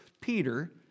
Peter